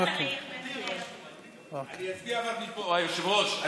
אבל אני אצביע מפה, היושב-ראש.